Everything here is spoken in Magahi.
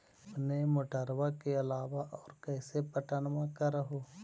अपने मोटरबा के अलाबा और कैसे पट्टनमा कर हू?